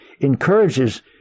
encourages